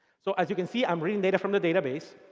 so as you can see, i'm reading data from the database.